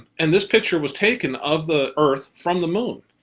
and this picture was taken of the earth from the moon.